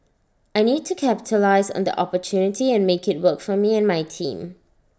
I need to capitalise on the opportunity and make IT work for me and my team